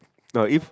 no if